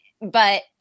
But-